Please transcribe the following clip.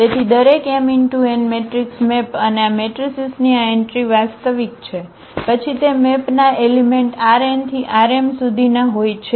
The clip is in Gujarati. તેથી દરેક m×n મેટ્રિક્સ મેપ અને આ મેટ્રિસીસની આ એન્ટ્રી વાસ્તવિક છે પછી તે મેપના એલિમેંટ Rn થી Rm ના હોય છે